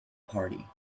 party